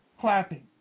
clapping